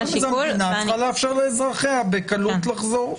מדינה צריכה לאפשר לאזרחיה בקלות לחזור.